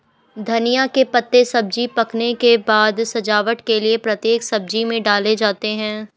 धनिया के पत्ते सब्जी पकने के बाद सजावट के लिए प्रत्येक सब्जी में डाले जाते हैं